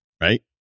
right